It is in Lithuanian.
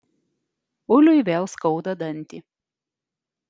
uliui vėl skauda dantį